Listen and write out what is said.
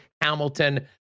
Hamilton